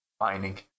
mining